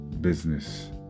business